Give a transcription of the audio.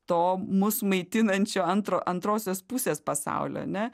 to mus maitinančio antro antrosios pusės pasaulio ane